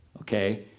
Okay